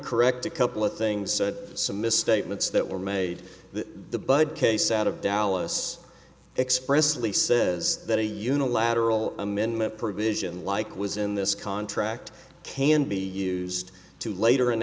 correct a couple of things that some misstatements that were made the bud case out of dallas expressly says that a unilateral amendment provision like was in this contract can be used to later